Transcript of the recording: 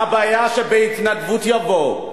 מה הבעיה שבהתנדבות יבוא?